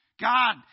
God